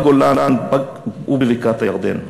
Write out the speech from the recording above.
בגולן ובבקעת-הירדן.